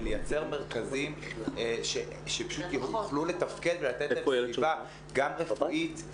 ולייצר מרכזים שפשוט יוכלו לתפקד להם סביבה גם רפואית,